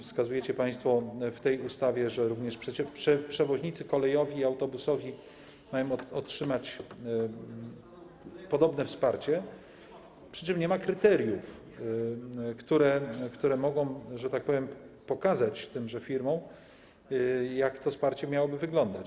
Wskazujecie państwo w tej ustawie, że również przewoźnicy kolejowi i autobusowi mają otrzymać podobne wsparcie, przy czym nie ma kryteriów, które mogą - że tak powiem - pokazać tym firmom, jak to wsparcie miałoby wyglądać.